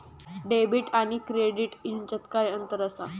Debit आणि credit ह्याच्यात काय अंतर असा?